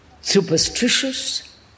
superstitious